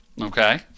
Okay